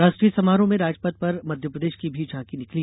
राष्ट्रीय समारोह में राजपथ पर मध्यप्रदेश की भी झांकी निकली